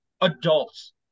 adults